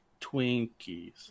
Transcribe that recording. Twinkies